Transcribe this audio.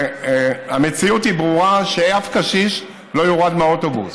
המציאות היא ברורה, שאף קשיש לא יורד מהאוטובוס.